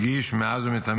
רגיש מאוד לנושא מאז ומתמיד,